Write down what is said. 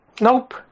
Nope